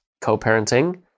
co-parenting